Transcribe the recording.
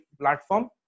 platform